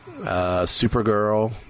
supergirl